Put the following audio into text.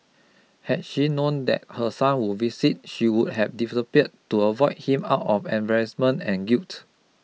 had she known that her son would visit she would have disappeared to avoid him out of embarrassment and guilt